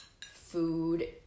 food